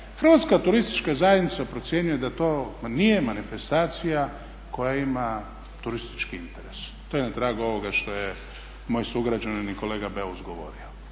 Hrvatska turistička zajednica procjenjuje da to nije manifestacija koja ima turistički interes. To je na tragu ovoga što je moju sugrađanin i kolega Beus govorio.